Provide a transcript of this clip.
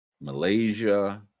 Malaysia